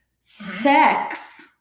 Sex